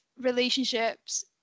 relationships